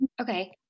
Okay